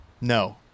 No